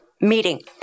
meeting